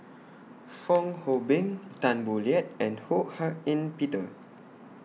Fong Hoe Beng Tan Boo Liat and Ho Hak Ean Peter